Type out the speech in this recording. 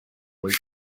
loop